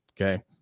okay